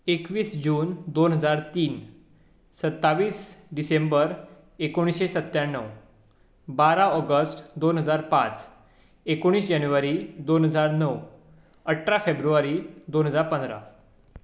एकवीस जून दोन हजार तीन सत्तावीस डिसेंबर एकोणीशे सत्त्याणव बारा ऑगस्ट दोन हजार पांच एकोणीस जानेवारी दोन हजार णव अठरा फेब्रुवारी दोन हजार पंदरा